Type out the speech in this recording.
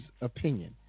opinion